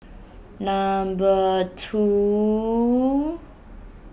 number two